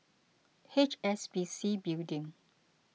H S B C Building